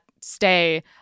stay